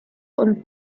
und